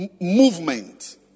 movement